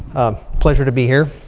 a pleasure to be here.